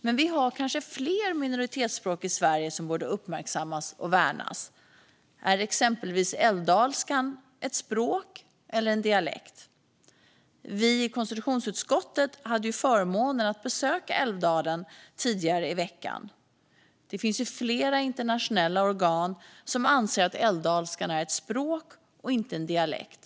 Men vi har kanske fler minoritetsspråk i Sverige som borde uppmärksammas och värnas? Är exempelvis älvdalskan ett språk eller en dialekt? Vi i konstitutionsutskottet hade förmånen att besöka Älvdalen tidigare i veckan. Det finns flera internationella organ som anser att älvdalskan är ett språk och inte en dialekt.